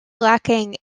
lacking